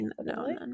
No